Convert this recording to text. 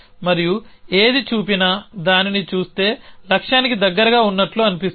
మరియు ఏది చూసినదానిని చూస్తే లక్ష్యానికి దగ్గరగా ఉన్నట్లు అనిపిస్తుంది